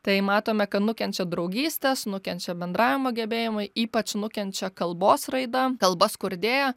tai matome kad nukenčia draugystės nukenčia bendravimo gebėjimai ypač nukenčia kalbos raida kalba skurdėja